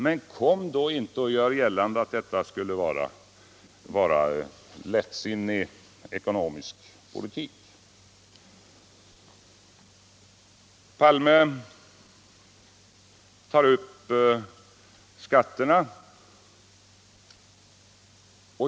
Men kom då inte och gör gällande att vi skulle ha fört en lättsinnig ekonomisk politik! Herr Palme tar upp skatterna.